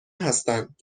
هستند